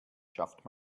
schafft